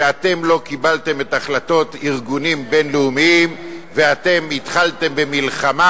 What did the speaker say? שאתם לא קיבלתם את ההחלטות של ארגונים בין-לאומיים ואתם התחלתם במלחמה,